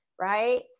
right